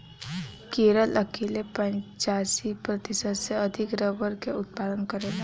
केरल अकेले पचासी प्रतिशत से अधिक रबड़ के उत्पादन करेला